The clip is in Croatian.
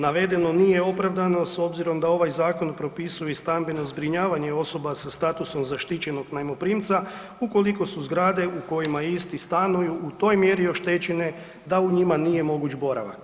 Navedeno nije opravdano s obzirom da ovaj zakon propisuje i stambeno zbrinjavanje osoba sa statusom zaštićenog najmoprimca, ukoliko su zgrade u kojima isti stanuju u toj mjeri oštećene da u njima nije moguć boravak.